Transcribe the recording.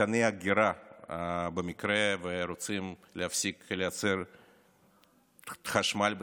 מתקני אגירה במקרה שרוצים להפסיק לייצר חשמל בשבת.